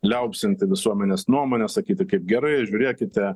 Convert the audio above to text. liaupsinti visuomenės nuomonę sakyti kaip gerai žiūrėkite